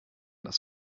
das